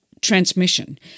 transmission